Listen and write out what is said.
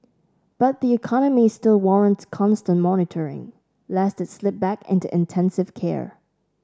but the economy still warrants constant monitoring lest it slip back into intensive care